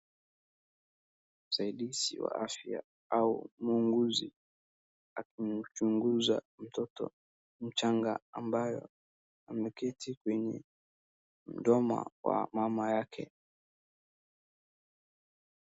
Msaidizi wa afya au muuguzi akimchunguza mtoto, mchanga ambayo ameketi kwenye mdomo wa mama yake.